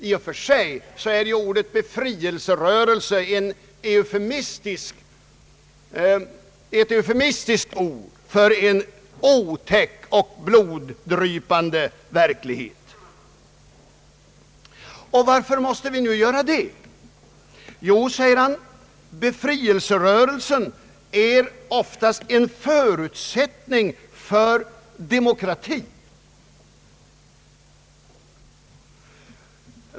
I och för sig är ordet befrielserörelse ett eufemistiskt ord för en otäck och bloddrypande verklighet. Varför måste vi nu göra det? Jo, säger herr Geijer, befrielserörelser är oftast en förutsättning för demokrati.